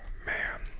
man